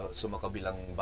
sumakabilang